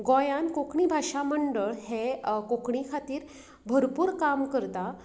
गोंयांत कोंकणी भाशा मंडळ हें कोंकणी खातीर भरपूर काम करता